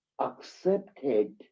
accepted